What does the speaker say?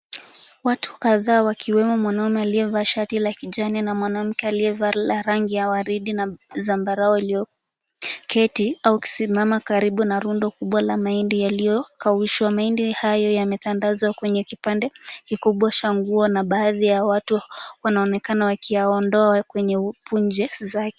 Watu kadhaa wakiwemo mwanaume aliyevaa shati la kijani, na mwanamke aliyevaa la rangi ya waridi na rangi na zambarau iliyoketi au kusimama karibu na rundo kubwa la mahindi yaliyokaushwa. Mahindi haya yametandazwa kwenye kipande kikubwa cha nguo na baadhi ya watu wanaonekana wakiyaondoa kwenye punje zake.